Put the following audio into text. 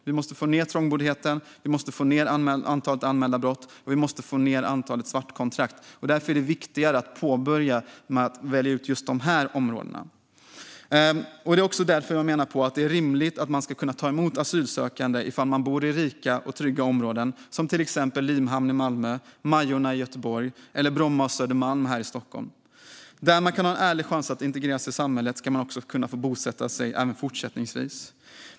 Vi måste få ned trångboddheten, få ned antalet anmälda brott och få ned antalet svartkontrakt. Därför är det viktigare att börja med att välja ut just dessa områden. Jag menar därför att det är rimligt att man ska kunna ta emot asylsökande ifall man bor i rika och trygga områden som Limhamn i Malmö, Majorna i Göteborg eller Bromma och Södermalm här i Stockholm. Där personer har en ärlig chans att integreras i samhället ska de kunna få bosätta sig även fortsättningsvis.